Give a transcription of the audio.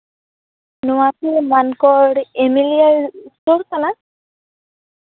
ᱱᱚᱣᱟ ᱠᱤ ᱢᱟᱱᱠᱚᱲ ᱮᱢᱤᱭᱚᱨ ᱥᱴᱳᱨ ᱠᱟᱱᱟ